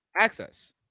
Access